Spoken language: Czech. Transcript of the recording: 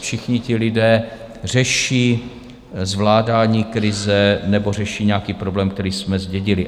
Všichni ti lidé řeší zvládání krize nebo řeší nějaký problém, který jsme zdědili.